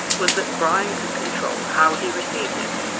was that brian could control how he received it.